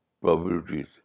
probabilities